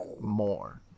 more